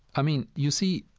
i mean, you see,